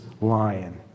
lion